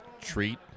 treat